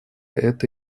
это